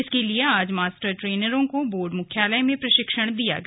इसके लिए आज मास्टर ट्रेनरों को बोर्ड मुख्यालय में प्रशिक्षण दिया गया